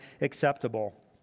acceptable